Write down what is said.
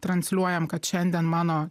transliuojam kad šiandien mano